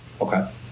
Okay